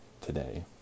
today